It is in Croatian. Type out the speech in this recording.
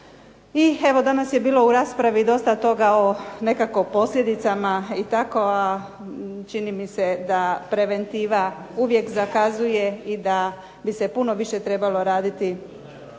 I evo danas je bilo u raspravi dosta toga o nekako posljedicama i tako, a čini mi se da preventiva uvijek zakazuje i da bi se puno više trebalo raditi